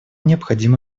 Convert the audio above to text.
необходимо